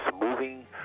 moving